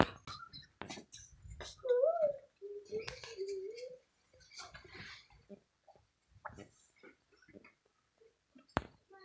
मैनेजरवा कल बोलैलके है?